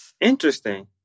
interesting